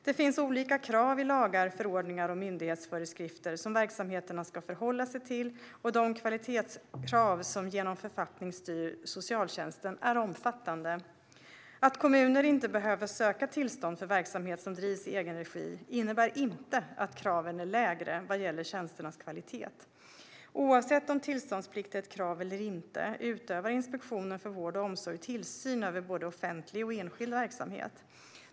Det finns olika krav i lagar, förordningar och myndighetsföreskrifter som verksamheterna ska förhålla sig till, och de kvalitetskrav som genom författning styr socialtjänsten är omfattande. Att kommuner inte behöver söka tillstånd för verksamheter som drivs i egen regi innebär inte att kraven är lägre vad gäller tjänsternas kvalitet. Oavsett om tillståndsplikt är ett krav eller inte utövar Inspektionen för vård och omsorg tillsyn över både offentlig och enskild verksamhet.